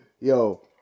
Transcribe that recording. Yo